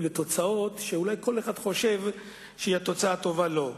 לתוצאות שכל אחד חושב שהן התוצאות הטובות לו.